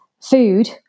food